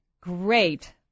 great